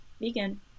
vegan